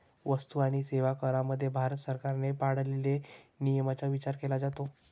वस्तू आणि सेवा करामध्ये भारत सरकारने पाळलेल्या नियमांचा विचार केला जातो